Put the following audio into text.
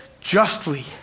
justly